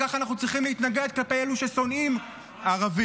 כך אנחנו צריכים להתנגד לאלה ששונאים ערבים.